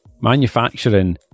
Manufacturing